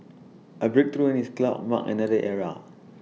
A breakthrough in this cloud mark another era